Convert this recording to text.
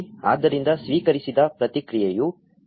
ಆದ್ದರಿಂದ ಸ್ವೀಕರಿಸಿದ ಪ್ರತಿಕ್ರಿಯೆಯು ನೀವು ಆವೃತ್ತಿ 2